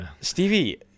stevie